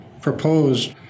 proposed